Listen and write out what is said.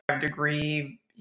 degree